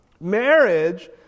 Marriage